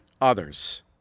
others